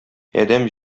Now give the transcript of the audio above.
адәм